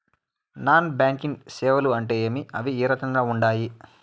non banking సేవలు అంటే ఏమి అవి ఏ రకంగా ఉండాయి